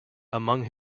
among